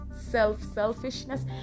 Self-selfishness